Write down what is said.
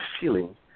feeling